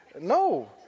No